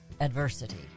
adversity